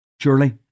Surely